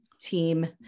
team